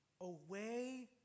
away